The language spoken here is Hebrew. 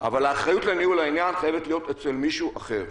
אבל האחריות לניהול העניין חייבת להיות אצל מישהו אחר.